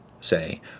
say